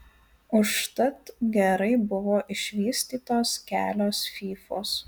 užtat gerai buvo išvystytos kelios fyfos